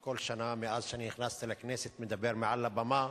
כל שנה מאז נכנסתי לכנסת אני מדבר מעל הבמה.